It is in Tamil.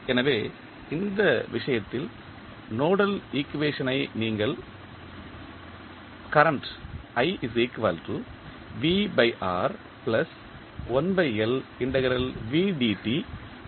எனவே இந்த விஷயத்தில் நோடல் ஈக்குவேஷன் ஐ நீங்கள் கரண்ட்